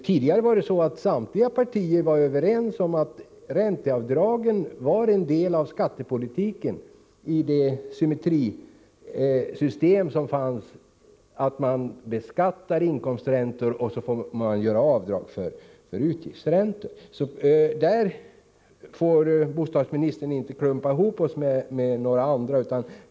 Tidigare var samtliga partier överens om att ränteavdragen var en del av skattepolitiken i det symmetrisystem som fanns; man beskattar inkomsträntor och medger avdrag för utgiftsräntor. På den punkten får bostadsministern inte klumpa ihop oss med några andra.